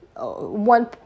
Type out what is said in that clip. one